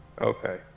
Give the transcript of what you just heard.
Okay